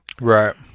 Right